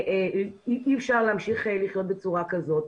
שאי אפשר להמשיך לחיות בצורה כזאת.